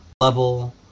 level